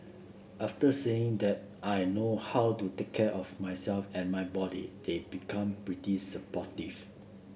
after seeing that I know how to take care of myself and my body they've become pretty supportive